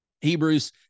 Hebrews